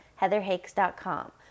heatherhakes.com